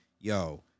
yo